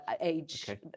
age